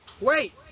Wait